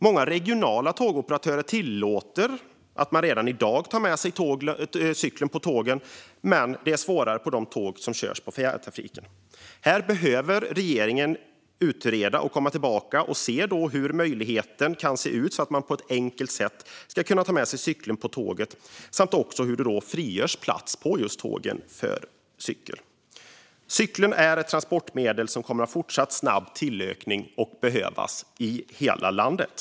Många regionala tågoperatörer tillåter redan i dag att man tar med sig cykeln på tåget. Men det är svårare på fjärrtågen. Här behöver regeringen utreda möjligheterna för att man på ett enkelt sätt ska kunna ta med sig cykeln på tåget samt hur det ska frigöras plats på tågen för cyklar. Cykeln är ett transportmedel som kommer att ha fortsatt snabb tillökning och behövas i hela landet.